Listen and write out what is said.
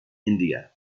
india